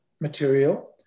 material